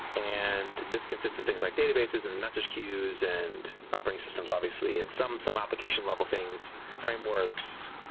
and this consist something like databases and message queues and operating systems obviously and some some application level things, frameworks,